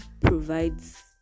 provides